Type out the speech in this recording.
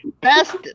Best